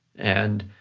and